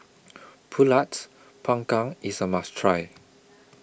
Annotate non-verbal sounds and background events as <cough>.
<noise> Pulut Panggang IS A must Try